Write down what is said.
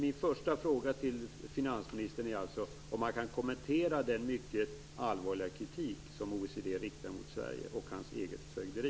Min första fråga till finansministern är alltså om han kan kommentera den mycket allvarliga kritik som OECD riktar mot Sverige och hans eget fögderi.